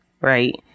right